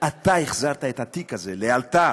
אתה החזרת את התיק הזה לאלתר.